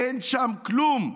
אין שם כלום.